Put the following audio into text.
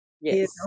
Yes